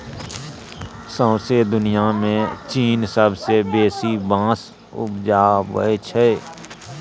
सौंसे दुनियाँ मे चीन सबसँ बेसी बाँस उपजाबै छै